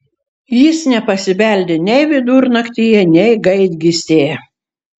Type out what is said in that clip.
jis nepasibeldė nei vidurnaktyje nei gaidgystėje